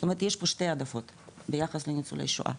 זאת אומרת יש פה שתי העדפות ביחס לניצולי שואה.